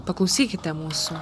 paklausykite mūsų